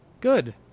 Good